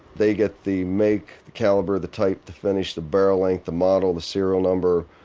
they get the make, the caliber, the type, the finish, the barrel length, the model, the serial number,